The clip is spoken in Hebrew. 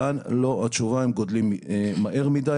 כאן התשובה היא: הם גדלים מהר מדי,